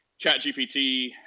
ChatGPT